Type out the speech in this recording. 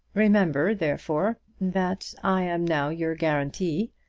remember, therefore, that i am now your guarantee,